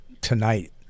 tonight